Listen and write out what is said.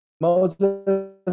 Moses